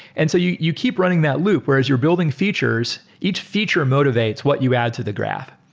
and so you you keep running that loop, whereas you're building features, each feature motivates what you add to the graph.